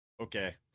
Okay